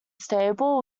stable